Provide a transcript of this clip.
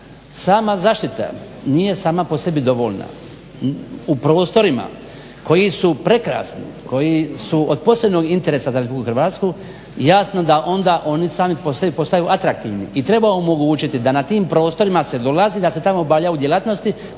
sama zaštita nije sama po sebi dovoljna. U prostorima koji su prekrasni, koji su od posebnog interesa za Republiku Hrvatsku jasno da onda oni sami po sebi postaju atraktivni i treba omogućiti da na tim prostorima se dolazi, da se tamo obavljaju djelatnosti